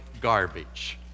garbage